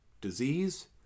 disease